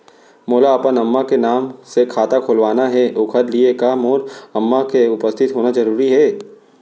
मोला अपन अम्मा के नाम से खाता खोलवाना हे ओखर लिए का मोर अम्मा के उपस्थित होना जरूरी हे?